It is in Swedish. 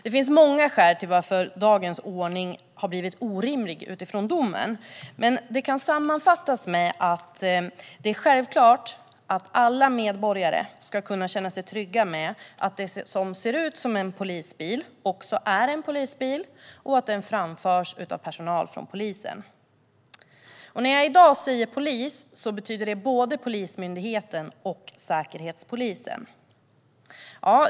Det finns många skäl till att dagens ordning - efter domen - är orimlig, men det hela kan sammanfattas med att det är självklart att alla medborgare ska kunna känna sig trygga med att det som ser ut som en polisbil också är en polisbil och att den framförs av personal från polisen. När jag säger polis menar jag både Polismyndigheten och Säkerhetspolisen.